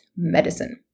medicine